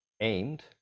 aimed